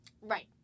Right